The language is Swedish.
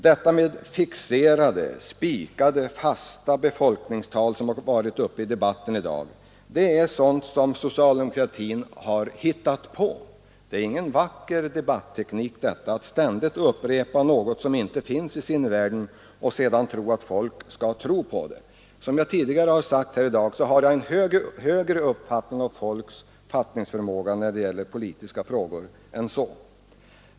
Begreppen ”fixerade”, ”spikade” eller ”fasta” befolkningsramar, som förekommit i debatten i dag, det är uttryck och påståenden som socialdemokratin har hittat på. Det är ingen vacker debatteknik att ständigt upprepa något som inte finns i sinnevärlden och sedan mena att folk skall tro på dettas existens. Som jag tidigare sagt i dag har jag en högre uppfattning om folks fattningsförmåga när det gäller politiska frågor än så.